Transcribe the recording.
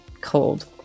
cold